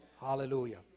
Hallelujah